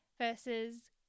versus